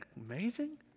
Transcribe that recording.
amazing